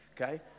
okay